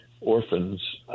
orphans